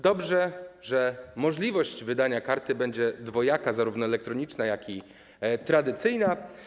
Dobrze, że możliwość wydania karty będzie dwojaka: zarówno elektroniczna, jak i tradycyjna.